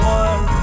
one